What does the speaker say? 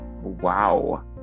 Wow